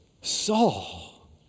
Saul